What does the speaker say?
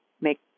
make